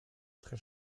très